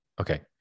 Okay